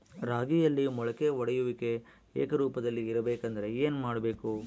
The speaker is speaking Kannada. ರಾಗಿಯಲ್ಲಿ ಮೊಳಕೆ ಒಡೆಯುವಿಕೆ ಏಕರೂಪದಲ್ಲಿ ಇರಬೇಕೆಂದರೆ ಏನು ಮಾಡಬೇಕು?